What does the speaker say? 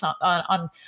on